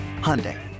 Hyundai